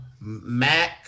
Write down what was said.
Mac